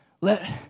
let